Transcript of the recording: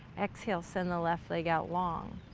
exhale, send the left leg out long.